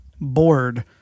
bored